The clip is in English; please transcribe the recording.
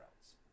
else